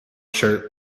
shirt